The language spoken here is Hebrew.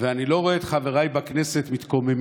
ואני לא רואה את חבריי בכנסת מתקוממים.